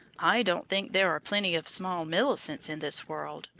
i don't think there are plenty of small millicents in this world,